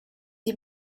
die